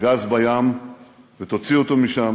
גז בים ותוציא אותו משם